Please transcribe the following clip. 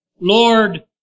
Lord